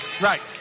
Right